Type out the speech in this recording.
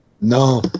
No